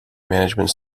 management